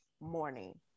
morning